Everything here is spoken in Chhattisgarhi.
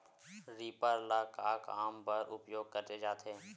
रीपर ल का काम बर उपयोग करे जाथे?